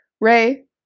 Ray